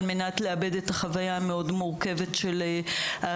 על מנת לעבד את החוויה המורכבת מאוד של העבודה.